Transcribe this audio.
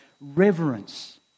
reverence